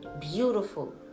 Beautiful